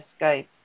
Skype